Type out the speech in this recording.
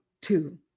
two